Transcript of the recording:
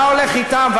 אתה הולך אתם,